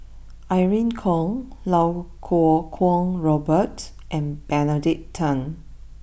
Irene Khong Iau Kuo Kwong Robert and Benedict Tan